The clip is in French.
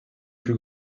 plus